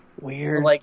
Weird